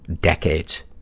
decades